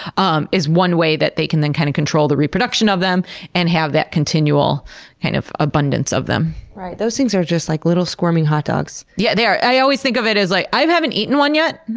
um is one way that they can then kind of control the reproduction of them and have that continual kind of abundance of them. those things are just like little squirming hot dogs. yeah, they are. i always think of it as, like i haven't eaten one yet.